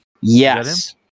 Yes